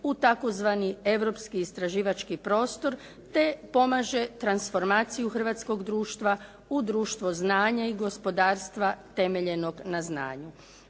u tzv. europski istraživački prostor, te pomaže transformaciju hrvatskog društva u društvo znanja i gospodarstva temeljenog na znanju.